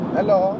Hello